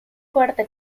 fuerte